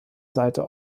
seite